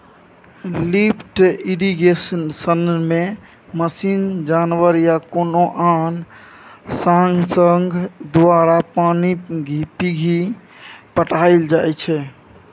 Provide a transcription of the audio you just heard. lift इरिगेशनमे machine, जानबर या कोनो आन साधंश द्वारा पानि घीचि पटाएल जाइ छै